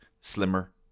slimmer